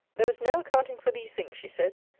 there was no accounting for these things, she said.